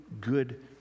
good